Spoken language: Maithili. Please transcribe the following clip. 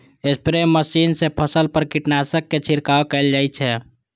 स्प्रे मशीन सं फसल पर कीटनाशक के छिड़काव कैल जाइ छै